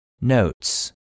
Notes